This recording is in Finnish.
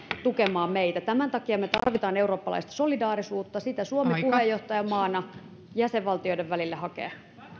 tukemaan meitä tämän takia me tarvitsemme eurooppalaista solidaarisuutta sitä suomi puheenjohtajamaana jäsenvaltioiden välille hakee